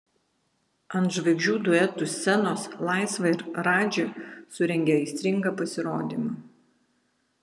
ant žvaigždžių duetų scenos laisva ir radži surengė aistringą pasirodymą